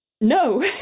No